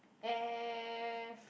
F